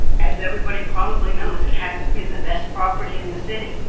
as everybody probably knows it hasn't been the best property in the city.